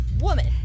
Woman